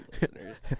listeners